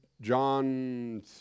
John